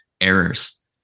errors